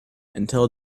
until